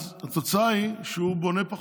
אז התוצאה היא שהוא בונה פחות,